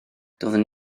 doeddwn